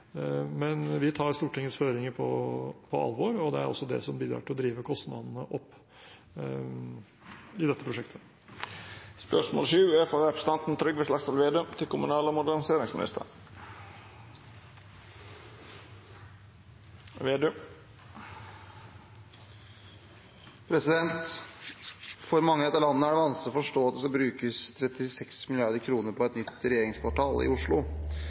men vi tar Stortingets forordninger på alvor, og det er også det som bidrar til å drive kostnadene opp i dette prosjektet. «For mange i dette landet er det vanskelig å forstå at det skal brukes 36 mrd. kroner på et nytt regjeringskvartal i Oslo,